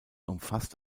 umfasst